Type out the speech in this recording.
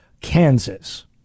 kansas